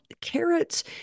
carrots